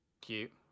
Cute